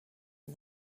and